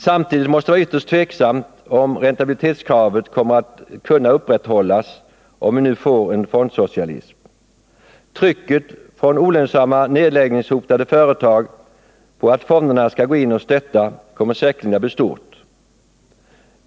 Samtidigt måste det vara ytterst tvivelaktigt om räntabilitetskravet kommer att kunna upprätthållas, om vi nu får en fondsocialism. Trycket från olönsamma nerläggningshotade företag på att fonderna skall gå in och stötta kommer säkerligen att bli stort.